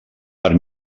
per